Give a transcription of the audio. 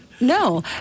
no